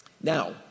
Now